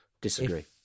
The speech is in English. Disagree